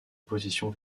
position